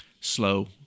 Slow